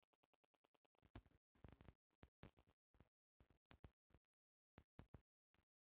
funding liquidity के अंदर कवनो समान के महंगाई बढ़ जाला